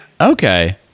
Okay